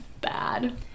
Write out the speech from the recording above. Bad